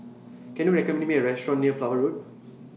Can YOU recommend Me A Restaurant near Flower Road